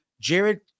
Jared